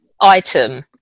item